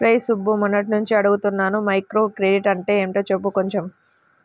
రేయ్ సుబ్బు, మొన్నట్నుంచి అడుగుతున్నాను మైక్రోక్రెడిట్ అంటే యెంటో కొంచెం చెప్పురా